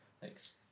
Thanks